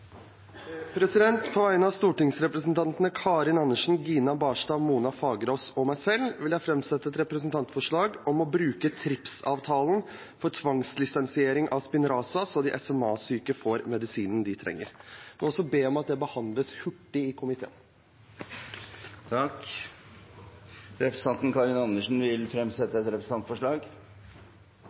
representantforslag. På vegne av stortingsrepresentantene Karin Andersen, Gina Barstad, Mona Lill Fagerås og meg selv vil jeg framsette et representantforslag om å bruke TRIPS-avtalen for tvangslisensiering av Spinraza så de SMA-syke får medisinen de trenger. Jeg ber om at det behandles hurtig i komiteen. Representanten Karin Andersen vil fremsette et representantforslag.